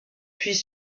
puis